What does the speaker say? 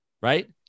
right